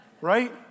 Right